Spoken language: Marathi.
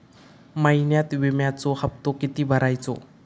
महिन्यात विम्याचो हप्तो किती भरायचो?